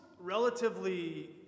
relatively